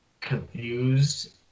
confused